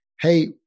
Hey